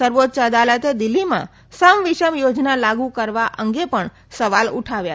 સર્વોચ્ય અદાલતે દિલ્ફીમાં સમ વિષમ યોજના લાગુ કવરા અંગે પણ સવાલ ઉઠાવ્યા